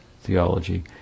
theology